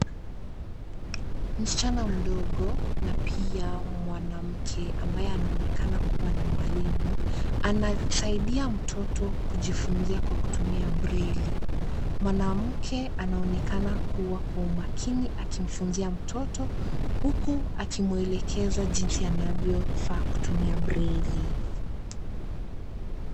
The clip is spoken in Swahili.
Msichana mdogo na pia mwanamke ambaye anaonekana kuwa ni mwalimu, anasaidia mtoto kujifunzia kwa kutumia braille . Mwanamke anaonekana kuwa kwa umakini akimfunzia mtoto huku akimwelekeza jinsi anavyofaa kutumia braille .